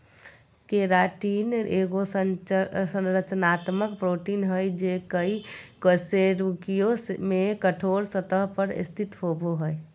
keratin एगो संरचनात्मक protein हइ जे कई कशेरुकियों में कठोर सतह पर स्थित होबो हइ